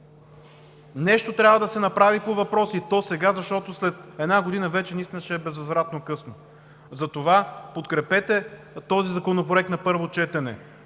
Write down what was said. Нещо трябва да се направи по въпроса, и то сега, защото след една година вече наистина ще е безвъзвратно късно. Затова подкрепете този законопроект на първо четене.